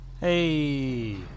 Hey